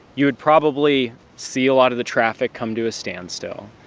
you would probably see a lot of the traffic come to a standstill.